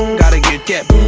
gotta get get